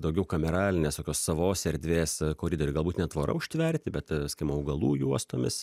daugiau kameralinės tokios savos erdvės koridoriai galbūt ne tvora užtverti bet skim augalų juostomis